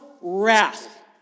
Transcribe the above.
wrath